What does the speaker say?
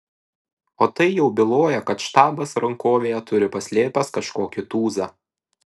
o tai jau byloja kad štabas rankovėje turi paslėpęs kažkokį tūzą